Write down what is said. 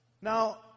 Now